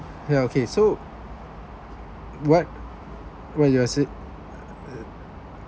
ya okay so what what you are said uh